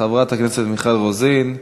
חברת הכנסת מיכל רוזין,